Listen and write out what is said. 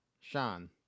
Sean